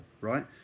right